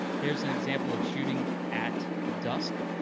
here's an example of shooting at dusk.